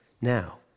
Now